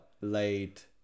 late